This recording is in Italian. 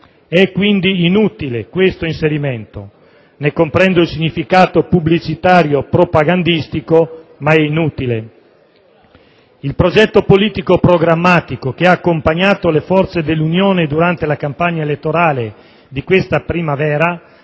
È quindi inutile questo inserimento. Ne comprendo il significato pubblicitario e propagandistico, ma è inutile. Il programma politico che ha accompagnato le forze dell'Unione durante la campagna elettorale della scorsa primavera